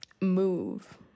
move